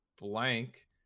blank